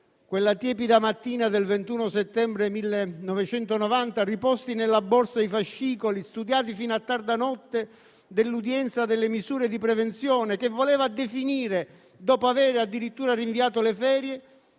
Quella tiepida mattina del 21 settembre 1990, riposti nella borsa i fascicoli studiati fino a tarda notte dell'udienza delle misure di prevenzione, che voleva definire dopo aver addirittura rinviato le ferie,